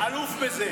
מספיק.